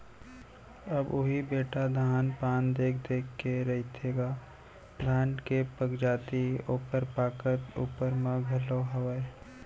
अब उही बेटा धान पान देख देख के रथेगा धान के पगजाति ओकर पाकत ऊपर म घलौ हावय